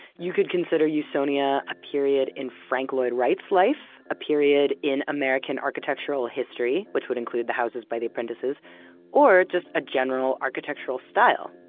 you could consider usonia a period in frank lloyd wright's life, a period in american architectural history, which would include the houses by the apprentices or just a general architectural style.